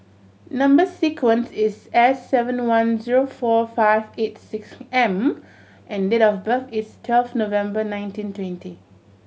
number sequence is S seven one zero four five eight six M and date of birth is twelve November nineteen twenty